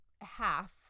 half